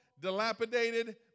dilapidated